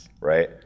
right